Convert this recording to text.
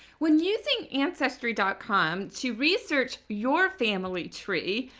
when using ancestry dot com to research your family tree,